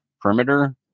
perimeter